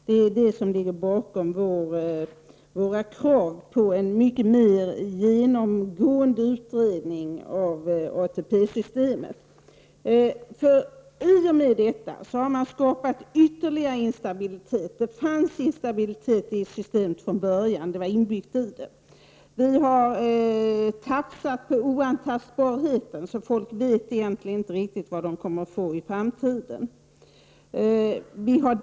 Det är det som ligger bakom våra krav på en mycket mera genomgående utredning av ATP-systemet. I och med detta har ytterligare instabilitet skapats. Det fanns en viss instabilitet i systemet redan från början. Vi har tafsat på oantastbarheten. Människor vet därför inte riktigt vad de kommer att få i pension i framtiden.